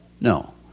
No